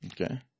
Okay